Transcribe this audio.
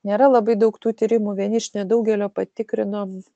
nėra labai daug tų tyrimų vieni iš nedaugelio patikrinom